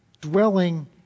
dwelling